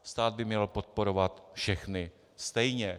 Stát by měl podporovat všechny stejně.